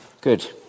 Good